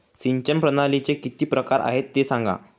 सिंचन प्रणालीचे किती प्रकार आहे ते सांगा